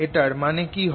এটার মানে কি হয়